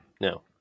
No